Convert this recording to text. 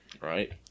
Right